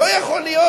לא יכול להיות,